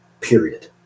Period